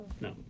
no